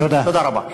תודה רבה.